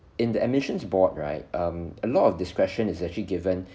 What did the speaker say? in the admissions board right um a lot of discretion is actually given